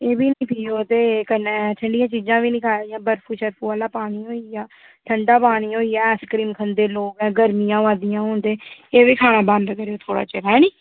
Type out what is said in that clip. एह् बी निं पियो ते कन्नै ठंडियां चीजां बी निं खाएओ जि'यां बर्फू शर्फू आह्ला पानी होई गेआ ठंडा पानी होई गेआ आईसक्रीम खंदे लोक गर्मियां आवै दियां हून ते एह्बी खाना बंद करेओ थोह्ड़े चिर ऐ निं